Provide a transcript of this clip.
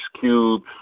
Cube